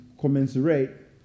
commensurate